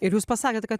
ir jūs pasakėt kad